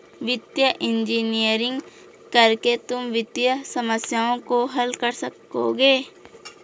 वित्तीय इंजीनियरिंग करके तुम वित्तीय समस्याओं को हल कर सकोगे